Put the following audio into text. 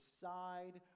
side